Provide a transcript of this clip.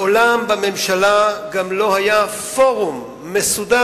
מעולם לא היה בממשלה פורום מסודר,